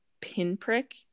pinprick